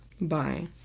Bye